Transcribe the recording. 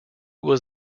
was